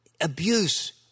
abuse